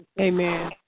Amen